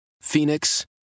Phoenix